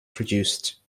produced